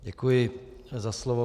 Děkuji za slovo.